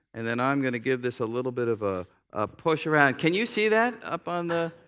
and then i'm going to give this a little bit of ah a push around. can you see that, up on the?